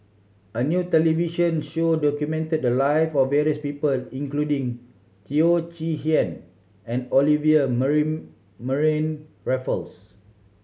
a new television show documented the live of various people including Teo Chee Hean and Olivia Mariamne Raffles